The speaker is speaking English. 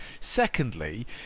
Secondly